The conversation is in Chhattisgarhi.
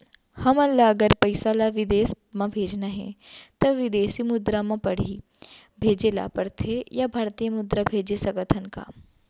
हमन ला अगर पइसा ला विदेश म भेजना हवय त विदेशी मुद्रा म पड़ही भेजे ला पड़थे या भारतीय मुद्रा भेज सकथन का?